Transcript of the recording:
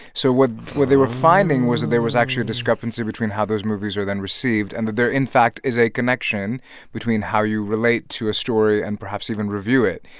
so what they were finding was that there was actually a discrepancy between how those movies are then received and that there, in fact, is a connection between how you relate to a story and perhaps even review it,